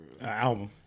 album